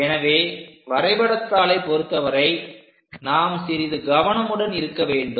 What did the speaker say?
எனவே வரைபடத்தாளை பொருத்தவரை நாம் சிறிது கவனமுடன் இருக்க வேண்டும்